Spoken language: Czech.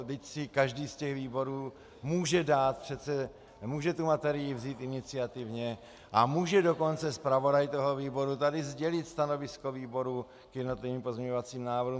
Vždyť si každý z těch výborů může dát přece, může tu materii vzít iniciativně a může dokonce zpravodaj toho výboru tady sdělit stanovisko výboru k jednotlivým pozměňovacím návrhům.